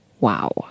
Wow